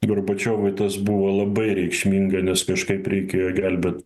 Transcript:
gorbačiovui tas buvo labai reikšminga nes kažkaip reikėjo gelbėt